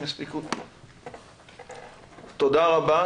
תודה רבה.